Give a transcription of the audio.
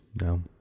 no